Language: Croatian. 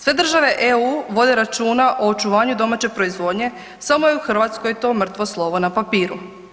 Sve države EU vode računa o očuvanju domaće proizvodnje, samo je u Hrvatskoj to mrtvo slovo na papiru.